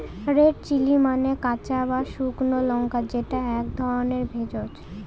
red chilli মানে কাঁচা বা শুকনো লঙ্কা যেটা এক ধরনের ভেষজ